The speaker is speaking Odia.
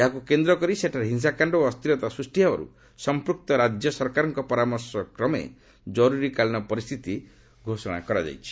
ଏହାକୁ କେନ୍ଦ୍ରକରି ସେଠାରେ ହିଂସାକାଣ୍ଡ ଓ ଅସ୍ଥିରତା ସୃଷ୍ଟି ହେବାରୁ ସମ୍ପୁକ୍ତ ରାଜ୍ୟ ସରକାରଙ୍କ ପରାମର୍ଶକ୍ରମେ ଜରୁରୀ ଅବସ୍ଥା ଜାରି କରାଯାଇଛି